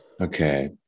Okay